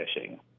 fishing